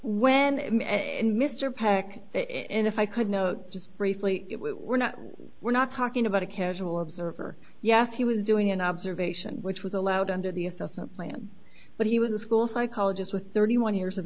when and mr peck and if i could note just briefly we're not we're not talking about a casual observer yes he was doing an observation which was allowed under the assessment plan but he was a school psychologist with thirty one years of